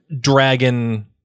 dragon